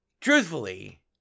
truthfully